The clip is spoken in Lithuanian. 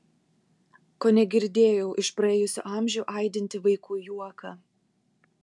kone girdėjau iš praėjusių amžių aidintį vaikų juoką